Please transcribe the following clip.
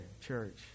church